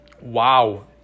Wow